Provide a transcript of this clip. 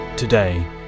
Today